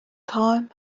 táim